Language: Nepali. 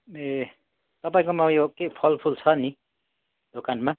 ए तपाईँकोमा उयो के फलफुल छ नि दोकानमा